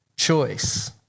Choice